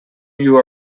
you